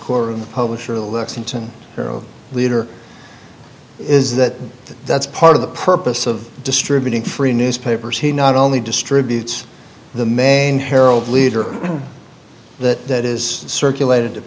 the publisher of the lexington herald leader is that that's part of the purpose of distributing free newspapers he not only distributes the main herald leader that is circulated